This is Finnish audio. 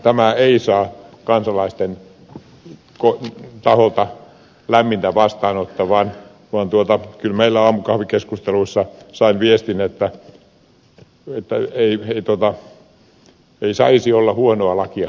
tämä ei saa kansalaisten taholta lämmintä vastaanottoa vaan kyllä meillä aamukahvikeskusteluissa sain viestin että ei saisi olla huonoa lakia hyväksymässä